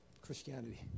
Christianity